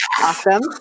awesome